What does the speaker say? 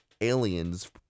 aliens